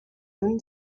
noon